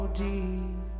deep